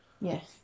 Yes